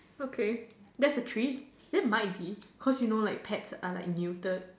okay that's a treat that might be cause you know like pets are like muted